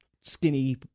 skinny